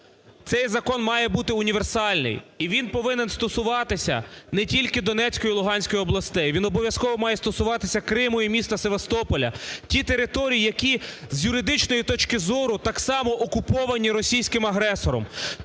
Цей закон має бути універсальний і він повинен стосуватися не тільки Донецької і Луганської областей, він обов'язково має стосуватися Криму і міста Севастополя – ті території, які з юридичної точки зору, так само, окуповані російським агресором.